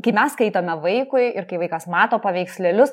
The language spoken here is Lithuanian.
kai mes skaitome vaikui ir kai vaikas mato paveikslėlius